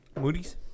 Moody's